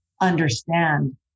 understand